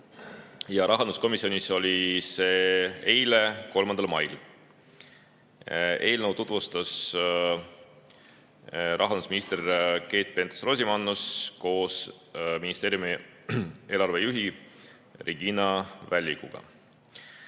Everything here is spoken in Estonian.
Rahanduskomisjonis oli see arutusel eile, 3. mail. Eelnõu tutvustas rahandusminister Keit Pentus-Rosimannus koos ministeeriumi eelarvejuhi Regina Vällikuga.